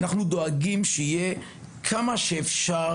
שיהיו כמה אופציות שאפשר,